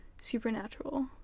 supernatural